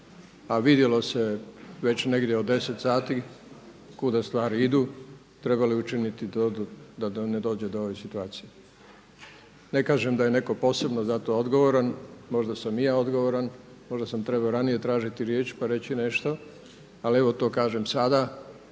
a vidjelo se već negdje od deset sati kuda stvari idu, trebalo je učiniti da ne dođe do ove situacije. Ne kažem da je neko posebno za to odgovoran. Možda sam i ja odgovoran, možda sam trebao ranije tražiti riječ pa reći nešto, ali evo to kažem sada